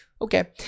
Okay